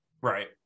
right